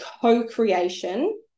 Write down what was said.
co-creation